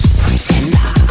pretender